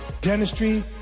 Dentistry